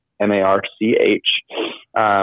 M-A-R-C-H